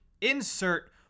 insert